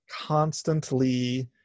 constantly